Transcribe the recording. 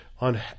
on